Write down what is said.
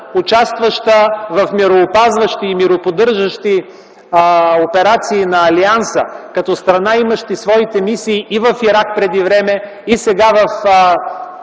участваща в мироопазващи и мироподдържащи операции на Алианса. Като страна, имаща своите мисии и в Ирак преди време, и сега в Афганистан,